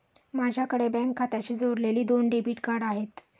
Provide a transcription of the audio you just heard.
माझ्याकडे बँक खात्याशी जोडलेली दोन डेबिट कार्ड आहेत